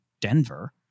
denver